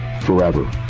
forever